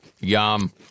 Yum